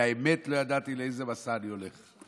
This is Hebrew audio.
והאמת היא שלא ידעתי לאיזה מסע אני הולך.